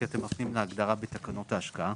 כי אתם מפנים להגדרה בתקנות ההשקעה.